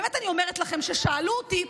באמת אני אומרת לכם ששאלו אותי,